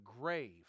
grave